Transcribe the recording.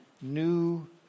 new